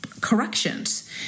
corrections